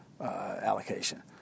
allocation